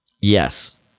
Yes